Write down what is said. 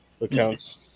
accounts